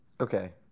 Okay